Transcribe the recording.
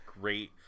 great